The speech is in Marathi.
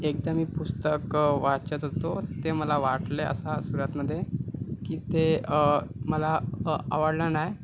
एकदा मी पुस्तक वाचत होतो ते मला वाटले असा सुरुवातीमध्ये की ते मला आवडणार नाही